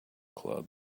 club